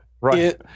right